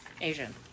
Asian